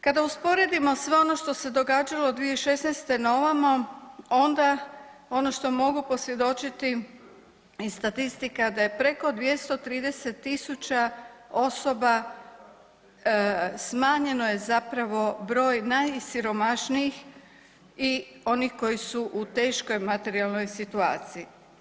Kada usporedimo sve ono što se događalo 2016. na ovamo, onda ono što mogu posvjedočiti iz statistika, da je preko 230 000 osoba, smanjeno je zapravo broj najsiromašniji i onih koji su u teškoj materijalnoj situaciji.